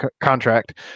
contract